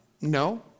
No